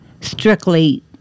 strictly